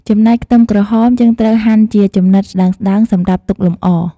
ចំណែក ខ្ទឹមក្រហមយើងត្រូវហាន់ជាចំណិតស្ដើងៗសម្រាប់ទុកលម្អ។